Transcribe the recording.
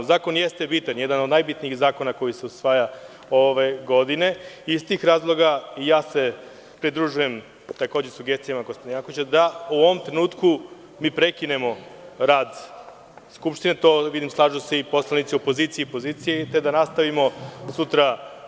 Zakon jeste bitan, jedan od najbitnijih zakona koji se usvaja ove godine i iz tih razloga i ja se pridružujem sugestijama gospodina Janka da u ovom trenutku prekinemo rad Skupštine, a vidim da se slažu i poslanici opozicije i pozicije, te da nastavimo sutra.